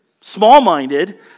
small-minded